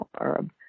herb